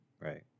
Right